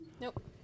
Nope